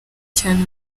cyane